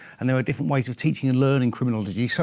and there are different ways of teaching and learning criminology. so